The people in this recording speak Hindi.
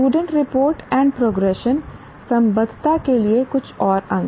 स्टूडेंट सपोर्ट एंड प्रोग्रेशन संबद्धता के लिए कुछ और अंक